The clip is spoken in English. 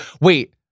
Wait